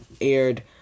aired